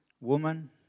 woman